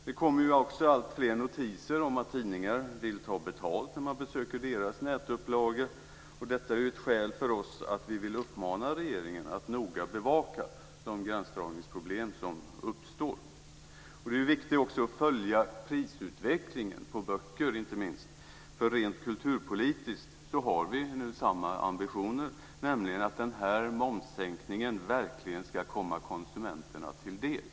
Det kommer också alltfler notiser om att tidningar vill ta betalt när man besöker deras nätupplagor. Detta är ett skäl för oss att vilja uppmana regeringen att noga bevaka de gränsdragningsproblem som uppstår. Det är också viktigt att följa prisutvecklingen inte minst på böcker. Rent kulturpolitiskt har vi nu samma ambitioner, nämligen att den här momssänkningen verkligen ska komma konsumenterna till del.